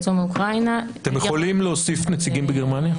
אתם יכולים להוסיף נציגים בגרמניה?